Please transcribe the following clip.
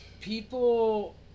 people